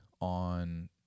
on